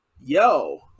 yo